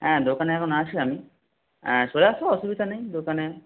হ্যাঁ দোকানে এখন আছি আমি চলে এসো অসুবিধা নেই দোকানে